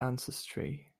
ancestry